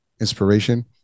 inspiration